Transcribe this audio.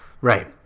right